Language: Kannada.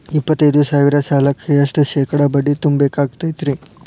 ಎಪ್ಪತ್ತೈದು ಸಾವಿರ ಸಾಲಕ್ಕ ಎಷ್ಟ ಶೇಕಡಾ ಬಡ್ಡಿ ತುಂಬ ಬೇಕಾಕ್ತೈತ್ರಿ?